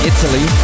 Italy